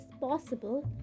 possible